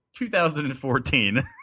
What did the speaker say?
2014